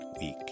week